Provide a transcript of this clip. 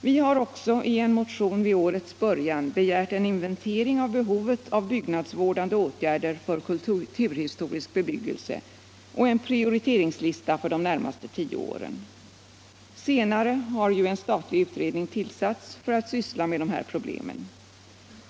Vi har också i en motion vid årets början begärt en inventering av behovet av byggnadsvårdande åtgärder för kulturhistorisk bebyggelse och en prioriteringslista för de närmaste tio åren. Senare har ju cen statlig utredning tillsatts för att syssla med dessa problem.